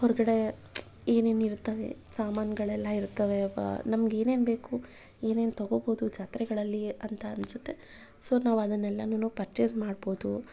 ಹೊರಗಡೆ ಏನೇನು ಇರ್ತಾವೆ ಸಾಮಾನುಗಳೆಲ್ಲ ಇರ್ತಾವೆ ವ ನಮಗೇನೇನು ಬೇಕು ಏನೇನು ತಗೊಬೋದು ಜಾತ್ರೆಗಳಲ್ಲಿ ಅಂತ ಅನ್ನಿಸತ್ತೆ ಸೊ ನಾವು ಅದನ್ನೆಲ್ಲನೂ ಪರ್ಚೇಸ್ ಮಾಡ್ಬೋದು